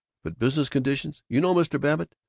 but business conditions you know, mr. babbitt,